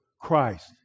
Christ